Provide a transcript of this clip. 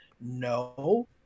No